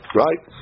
right